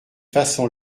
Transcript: façon